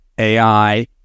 AI